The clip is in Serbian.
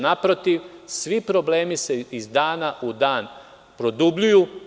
Naprotiv, svi problemi se iz dana u dan produbljuju.